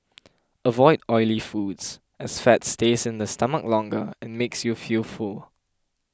avoid oily foods as fat stays in the stomach longer and makes you feel full